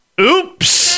Oops